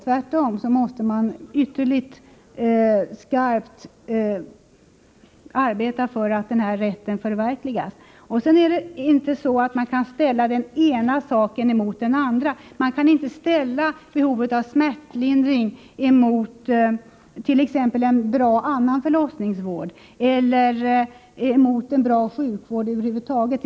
Tvärtom måste vi arbeta mycket hårt för att den här rätten skall förverkligas. Sedan kan man inte ställa den ena saken mot den andra. Man kan inte ställa behovet av smärtlindring mot t.ex. en bra annan förlossningsvård eller mot en bra sjukvård över huvud taget.